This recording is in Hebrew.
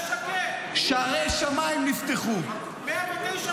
ישקר ----- שערי שמים נפתחו -- אושר.